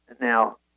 Now